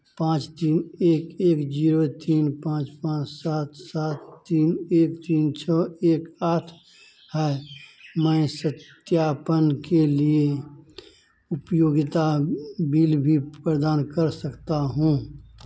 पाँच तीन एक एक जीरो तीन पाँच पाँच सात सात तीन एक तीन छह एक आठ है मैं सत्यापन के लिये उपयोगिता बिल भी प्रदान कर सकता हूं